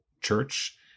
Church